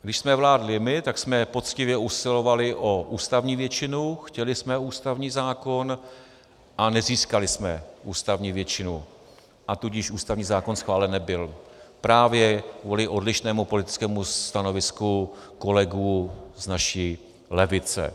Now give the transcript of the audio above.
Když jsme vládli my, tak jsme poctivě usilovali o ústavní většinu, chtěli jsme ústavní zákon a nezískali jsme ústavní většinu, tudíž ústavní zákon schválen nebyl právě kvůli odlišnému politickému stanovisku kolegů z naší levice.